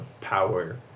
power